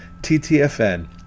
ttfn